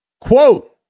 Quote